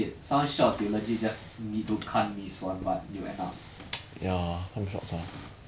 for thirty set of course lah but the thing is right it's three hundred dollars more for thirty eighty